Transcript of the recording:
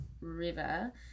river